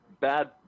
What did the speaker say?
bad